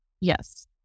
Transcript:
Yes